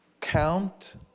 Count